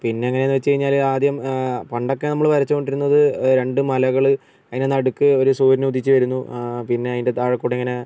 പിന്നെ എങ്ങനേന്ന് വച്ച് കഴിഞ്ഞാൽ ആദ്യം പണ്ടൊക്കെ നമ്മൾ വരച്ചോണ്ടിരുന്നത് രണ്ട് മലകൾ അതിൻ്റെ നടുക്ക് ഒരു സൂര്യൻ ഉദിച്ച് വരുന്നു പിന്നെ അതിൻ്റെ താഴെ കൂടെ ഇങ്ങനെ